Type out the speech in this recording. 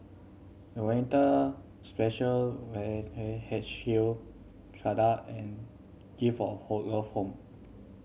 Volunteer Special H Q Strata and Gift of Home